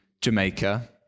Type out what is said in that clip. Jamaica